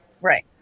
Right